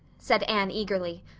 said anne eagerly.